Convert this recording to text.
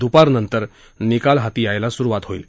दुपारनंतर निकाल हाती यायला सुरुवात होईल